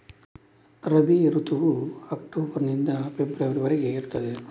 ರಬಿ ಋತುವು ಅಕ್ಟೋಬರ್ ನಿಂದ ಫೆಬ್ರವರಿ ವರೆಗೆ ಇರ್ತದೆ